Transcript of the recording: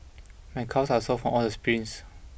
my calves are sore from all the sprints